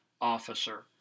officer